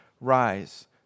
rise